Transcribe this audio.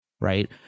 right